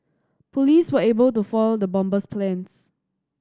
police were able to foil the bomber's plans